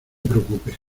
preocupes